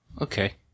Okay